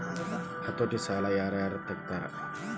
ಹತೋಟಿ ಸಾಲಾ ಯಾರ್ ಯಾರ್ ತಗೊತಾರ?